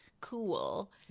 cool